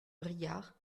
vrillard